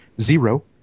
zero